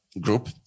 group